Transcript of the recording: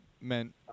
meant